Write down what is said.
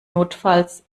notfalls